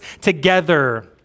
together